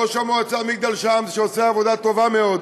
ראש מועצת מג'דל שמס, שעושה עבודה טובה מאוד,